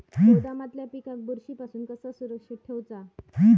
गोदामातल्या पिकाक बुरशी पासून कसा सुरक्षित ठेऊचा?